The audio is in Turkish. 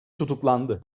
tutuklandı